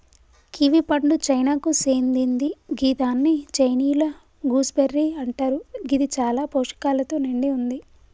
kiwi పండు చైనాకు సేందింది గిదాన్ని చైనీయుల గూస్బెర్రీ అంటరు గిది చాలా పోషకాలతో నిండి వుంది